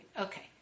Okay